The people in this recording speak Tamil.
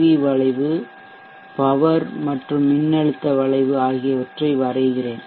வி வளைவு பவர் மற்றும் மின்னழுத்த வளைவு ஆகியவற்றை வரைகிறேன்